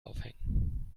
aufhängen